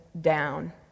down